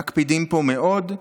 מקפידים פה מאוד.